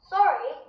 Sorry